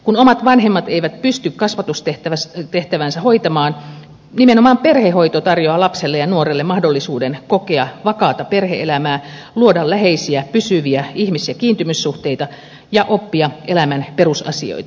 kun omat vanhemmat eivät pysty kasvatustehtäväänsä hoitamaan nimenomaan perhehoito tarjoaa lapselle ja nuorelle mahdollisuuden kokea vakaata perhe elämää luoda läheisiä pysyviä ihmis ja kiintymyssuhteita ja oppia elämän perusasioita